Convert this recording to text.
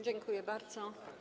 Dziękuję bardzo.